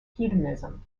hedonism